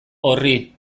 horri